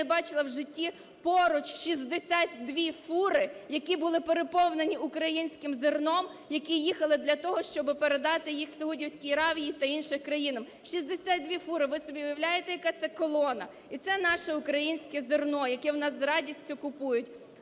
бачила в житті: поруч 62 фури, які були переповнені українським зерном, які їхали для того, щоби передати їх Саудівській Аравії та іншим країнам. 62 фури. Ви собі уявляєте, яка це колона. І це наше українське зерно, яке у нас з радістю купують.